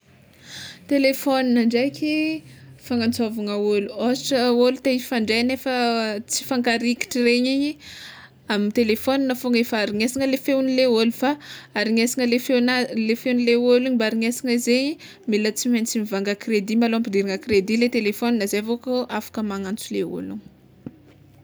Telefôna ndraiky fagnantsôvana ôlo, ôhatra ôlo te hifandray nefza tsy mifankarikitry regny, amy telefôna fôgna hifarignesana le feonle ôlo fa hareignesana le feonazy, le feonle ôlo mba harignesana zegny mila tsy maintsy mivanga credit malôha ampidirina credit le telefôna zay vao kô magnantso le ôlogno.